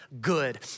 good